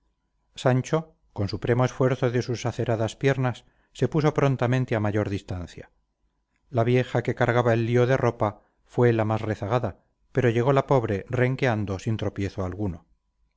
sancho con supremo esfuerzo de sus aceradas piernas se puso prontamente a mayor distancia la vieja que cargaba el lío de ropa fue la más rezagada pero llegó la pobre renqueando sin tropiezo alguno